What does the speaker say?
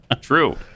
True